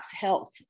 Health